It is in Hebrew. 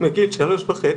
מגיל שלוש וחצי,